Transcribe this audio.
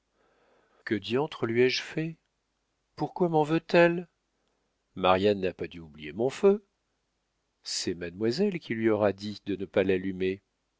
que diantre lui ai-je fait pourquoi m'en veut-elle marianne n'a pas dû oublier mon feu c'est mademoiselle qui lui aura dit de ne pas l'allumer